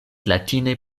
latine